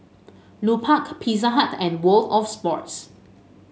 Lupark Pizza Hut and World Of Sports